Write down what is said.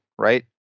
right